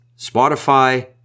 Spotify